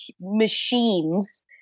machines